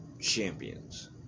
champions